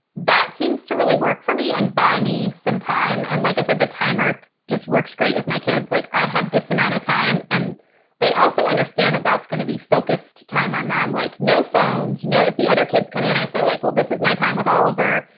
that seems to really work for me and buy me some time. time. and like i said, the timer just works great with my kids, like i have this amount of time. and they also understand that that's gonna be focused time on them. like no phones. no. if the other kids come in, i say, like, well, this is my time with oliver,